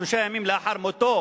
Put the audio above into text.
שלושה ימים לאחר מותו